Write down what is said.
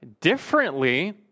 differently